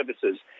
services